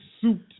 suit